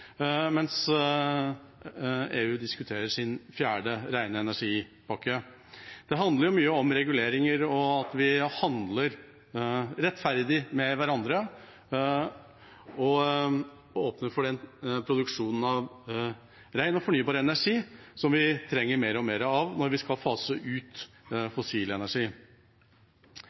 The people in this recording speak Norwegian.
mens EU diskuterer sin fjerde ren energi-pakke. Det handler mye om reguleringer og at vi handler rettferdig med hverandre og åpner for den produksjonen av ren og fornybar energi som vi trenger mer og mer av når vi skal fase ut fossil energi.